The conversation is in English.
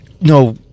No